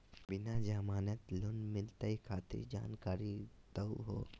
बिना जमानत लोन मिलई खातिर जानकारी दहु हो?